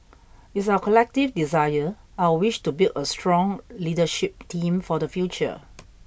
it's our collective desire our wish to build a strong leadership team for the future